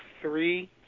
three